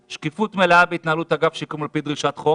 1. שקיפות מלאה בהתנהלות אגף השיקום על פי דרישת חוק.